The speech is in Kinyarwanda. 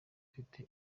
ufite